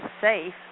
safe